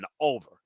over